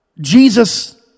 Jesus